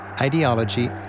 ideology